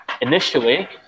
Initially